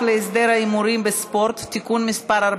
34)